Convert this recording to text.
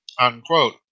unquote